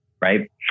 Right